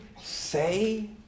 say